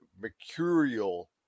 mercurial